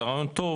זה רעיון טוב